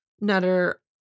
Nutter